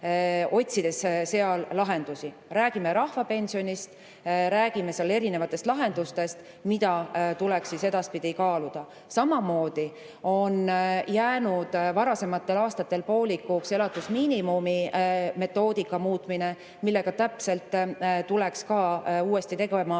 otsides lahendusi. Me räägime rahvapensionist, räägime erinevatest lahendustest, mida tuleks edaspidi kaaluda. Samamoodi on jäänud varasematel aastatel poolikuks elatusmiinimumi metoodika muutmine. Sellega tuleks uuesti tegelema